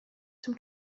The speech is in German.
dem